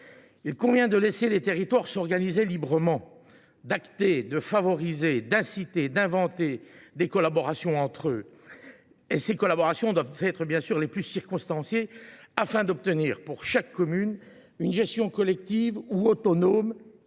Il convient donc de laisser les territoires s’organiser librement, d’acter, de favoriser, d’inciter, d’inventer des collaborations entre eux, lesquelles devront être les plus circonstanciées possible afin d’obtenir, pour chaque commune, une gestion collective ou autonome